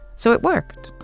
so it worked